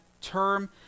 term